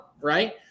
right